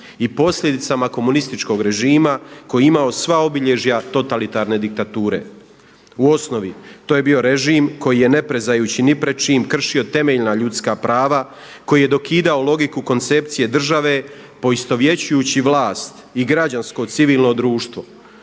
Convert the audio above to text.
i posljedicama komunističkog režima koji je imao sva obilježja totalitarne diktature. U osnovi to je bio režim koji je ne prezajući pred čim kršio temeljna ljudska prava, koji je dokidao logiku koncepcije države poistovjećujući vlast i građansko civilno društvo